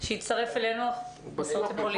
שהצטרף אלינו, בבקשה.